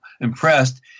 impressed